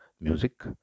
music